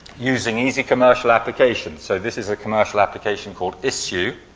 using easy commercial applications. so, this is a commercial application called issuu